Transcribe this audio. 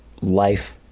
life